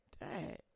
dad